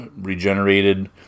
regenerated